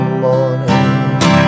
morning